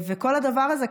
כל הדבר הזה,